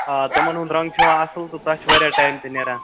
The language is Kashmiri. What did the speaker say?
آ تِمَن ہُنٛد رنٛگ چھُ یِوان اصٕل تہٕ تَتھ چھُ واریاہ ٹایم تہِ نیٚران